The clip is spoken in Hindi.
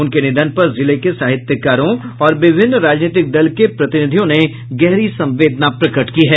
उनके निधन पर जिले के साहित्यकारों और विभिन्न राजनीतिक दल के प्रतिनिधियों ने गहरी संवेदना प्रकट की है